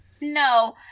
No